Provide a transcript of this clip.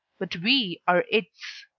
but we are its